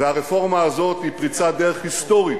והרפורמה הזאת היא פריצת דרך היסטורית,